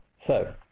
so